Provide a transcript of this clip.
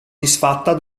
disfatta